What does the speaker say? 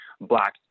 black